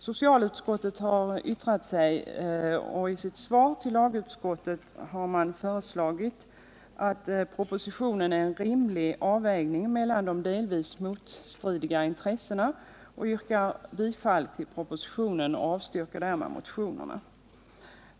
Socialutskottet har yttrat sig och anser i sitt svar till lagutskottet att förslagen i propositionen innebär en rimlig avvägning mellan de delvis motstridiga intressena. Socialutskottet yrkar bifall till propositionen och avstyrker därmed motionerna.